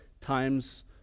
times